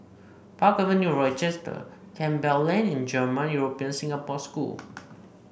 Park Avenue Rochester Campbell Lane and German European Singapore School